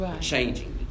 changing